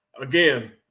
again